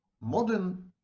modern